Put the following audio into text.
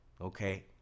okay